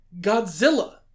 Godzilla